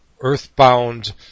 Earth-bound